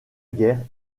guerre